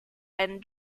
and